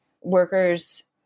workers